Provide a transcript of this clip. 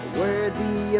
worthy